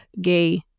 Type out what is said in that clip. gay